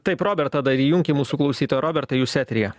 taip robertą dar įjunkim mūsų klausytoją robertai jūs eteryje